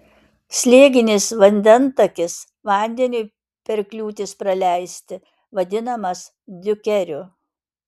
slėginis vandentakis vandeniui per kliūtis praleisti vadinamas diukeriu